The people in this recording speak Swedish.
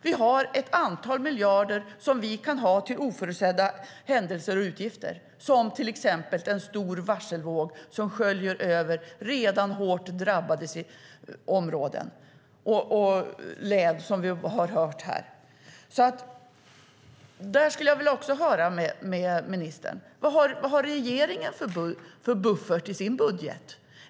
Vi har ett antal miljarder som vi kan ha till oförutsedda händelser och utgifter, exempelvis en stor varselvåg som sköljer över redan hårt drabbade områden och län som vi har hört om. Där skulle jag också vilja höra med ministern vilken buffert regeringen har i sin budget.